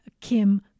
Kim